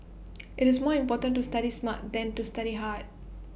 IT is more important to study smart than to study hard